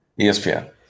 ESPN